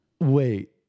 Wait